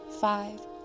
five